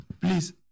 Please